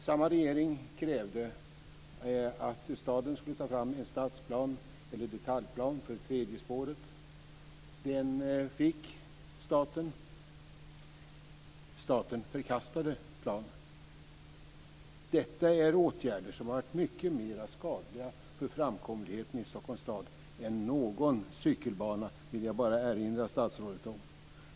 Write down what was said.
Samma regeringen krävde att staden skulle ta fram en detaljplan för det tredje spåret. Den fick staten. Staten förkastade planen. Detta är åtgärder som har varit mycket mera skadliga för framkomligheten i Stockholms stad än någon cykelbana. Det vill jag bara erinra statsrådet om.